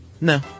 No